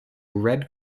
red